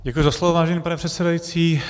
Děkuji za slovo, vážený pane předsedající.